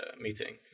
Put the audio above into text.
meeting